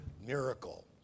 miracle